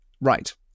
Right